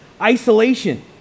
isolation